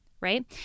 right